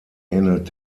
ähnelt